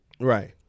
Right